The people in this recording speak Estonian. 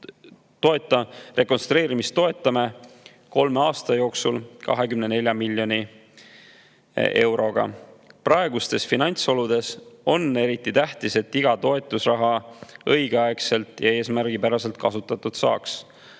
rekonstrueerimist toetame kolme aasta jooksul 24 miljoni euroga. Praegustes finantsoludes on eriti tähtis, et kogu toetusraha saaks õigeaegselt ja eesmärgipäraselt kasutatud.